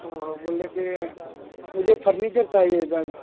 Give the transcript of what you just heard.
او بول رہے کہ مجھے پھرنیچر چاہیے تھا